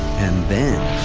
and then,